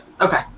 Okay